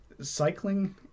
Cycling